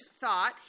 thought